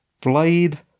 Blade